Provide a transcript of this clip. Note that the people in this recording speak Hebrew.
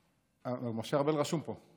משה ארבל רשום פה.